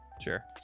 Sure